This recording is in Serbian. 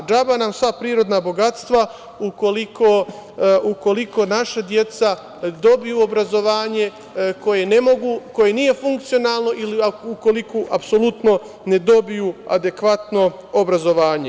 Džaba nam sva prirodna bogatstva ukoliko naša deca dobiju obrazovanje koje ne mogu, koji nije funkcionalno ili ukoliko apsolutno ne dobiju adekvatno obrazovanje.